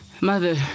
mother